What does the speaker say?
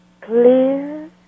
clear